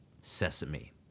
sesame